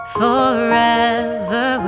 forever